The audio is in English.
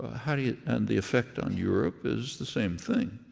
ah how do you and the effect on europe is the same thing,